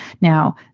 Now